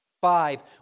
Five